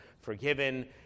forgiven